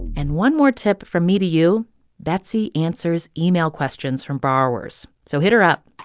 and one more tip from me to you betsy answers email questions from borrowers, so hit her up